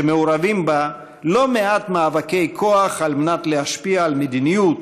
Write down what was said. שמעורבים בה לא מעט מאבקי כוח על מנת להשפיע על מדיניות,